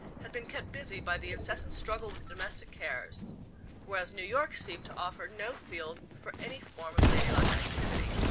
had been kept busy by the incessant struggle with domestic cares whereas new york seemed to offer no field for any form of lady-like activity.